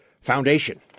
Foundation